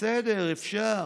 בסדר, אפשר,